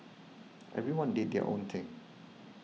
everyone did their own thing